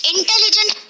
Intelligent